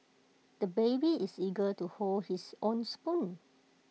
the baby is eager to hold his own spoon